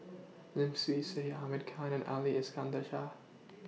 Lim Swee Say Ahmad Khan and Ali Iskandar Shah